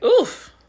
Oof